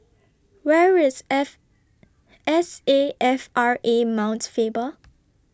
Where IS F S A F R A Mount Faber